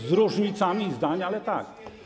Z różnicami zdań, ale tak.